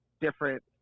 different